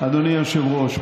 אדוני היושב-ראש,